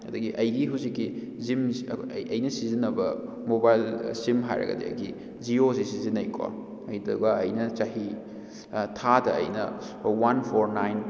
ꯑꯗꯒꯤ ꯑꯩꯒꯤ ꯍꯧꯖꯤꯛꯀꯤ ꯖꯤꯝꯁ ꯑꯩꯅ ꯁꯤꯖꯤꯟꯅꯕ ꯃꯣꯕꯥꯏꯜ ꯁꯤꯝ ꯍꯥꯏꯔꯒꯗꯤ ꯑꯩꯒꯤ ꯖꯤꯌꯣꯁꯤ ꯁꯤꯖꯤꯟꯅꯩꯀꯣ ꯑꯗꯨꯒ ꯑꯩꯅ ꯆꯍꯤ ꯊꯥꯗ ꯑꯩꯅ ꯋꯥꯟ ꯐꯣꯔ ꯅꯥꯏꯟ